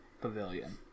pavilion